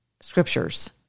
scriptures